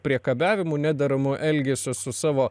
priekabiavimu nederamu elgesiu su savo